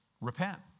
Repent